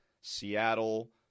Seattle